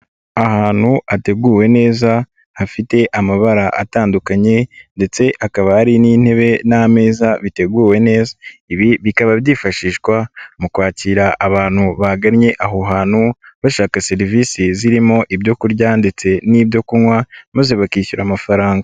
Ahantu hateguwe neza hafite amabara atandukanye ndetse hakaba hari n'intebe n'ameza biteguwe neza. Ibi bikaba byifashishwa mu kwakira abantu bagannye aho hantu, bashaka serivisi zirimo ibyo kurya ndetse n'ibyo kunywa, maze bakishyura amafaranga.